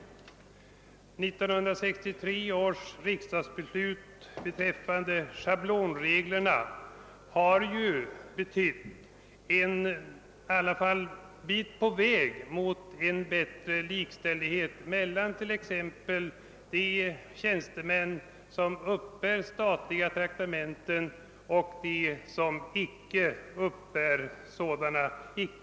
1963 års riksdagsbeslut beträffande schablonreglerna innebar i alla fall att man gick en bit på vägen mot bättre likställighet mellan t.ex. de tjänstemän som uppbär statliga icke taxeringsbara traktamenten och dem som inte uppbär sådana.